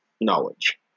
knowledge